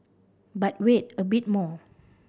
but wait a bit more